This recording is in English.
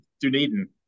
Dunedin